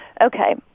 Okay